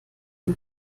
dem